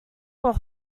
were